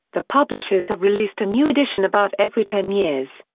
the publishers have released a new edition about every ten years.